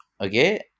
okay